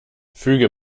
füge